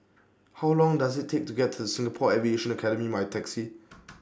How Long Does IT Take to get to Singapore Aviation Academy By Taxi